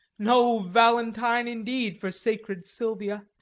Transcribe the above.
no valentine, indeed, for sacred silvia.